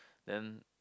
then